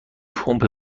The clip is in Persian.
پمپ